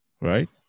right